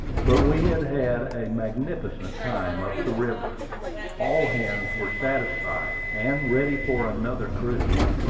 but we had had a magnificent time up the river all hands were satisfied, and ready for another cruise.